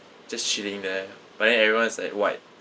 just chilling there but then everyone is like white